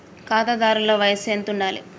ఖాతాదారుల వయసు ఎంతుండాలి?